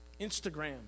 Instagram